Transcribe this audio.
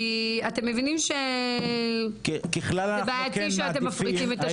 כי אתם מבינים שזה בעייתי שאתם מפריטים את השירות הזה.